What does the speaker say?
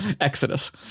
exodus